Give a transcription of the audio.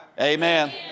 Amen